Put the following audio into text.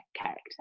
character